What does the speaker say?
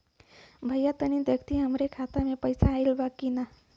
भईया तनि देखती हमरे खाता मे पैसा आईल बा की ना?